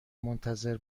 منتظر